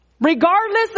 regardless